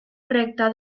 recta